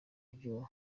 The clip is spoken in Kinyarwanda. buryo